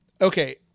okay